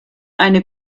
eine